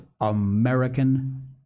American